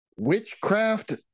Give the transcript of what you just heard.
witchcraft